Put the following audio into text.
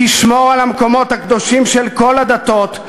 תשמור על המקומות הקדושים של כל הדתות,